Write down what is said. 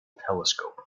telescope